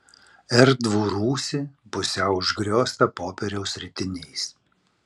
erdvų rūsį pusiau užgrioztą popieriaus ritiniais